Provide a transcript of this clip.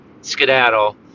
skedaddle